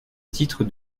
titre